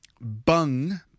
Bung